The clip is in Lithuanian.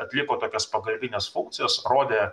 atliko tokias pagalbines funkcijas rodė